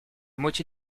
moitié